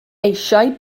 eisiau